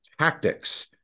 tactics